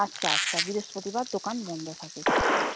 আচ্ছা আচ্ছা বৃহস্পতিবার দোকান বন্ধ থাকে